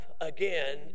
again